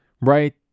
right